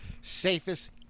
safest